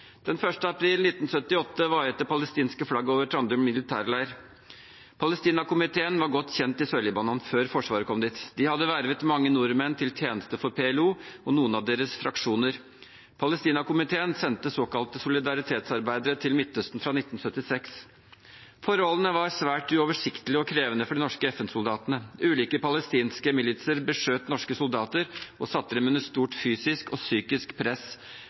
april 1978 vaiet det palestinske flagget over Trandum militærleir. Palestinakomiteen var godt kjent i Sør-Libanon før Forsvaret kom dit. De hadde vervet mange nordmenn til tjeneste for PLO og noen av deres fraksjoner. Palestinakomiteen sendte såkalte solidaritetsarbeidere til Midtøsten fra 1976. Forholdene var svært uoversiktlige og krevende for de norske FN-soldatene. Ulike palestinske militser beskjøt norske soldater og satte dem under et stort fysisk og psykisk press.